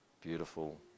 beautiful